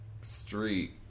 street